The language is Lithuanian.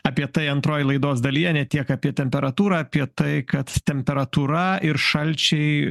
apie tai antrojoj laidos dalyje ne tiek apie temperatūrą apie tai kad temperatūra ir šalčiai